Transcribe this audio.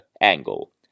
angle